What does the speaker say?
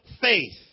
faith